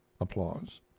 applause